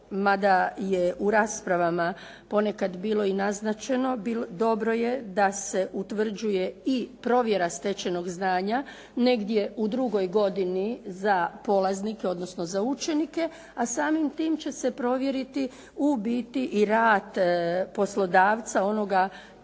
mada je u raspravama ponekad bilo i naznačeno, dobro je da se utvrđuje i provjera stečenog znanja negdje u 2. godini za polaznike odnosno za učenike, a samim tim će se provjeriti u biti i rad poslodavca, onoga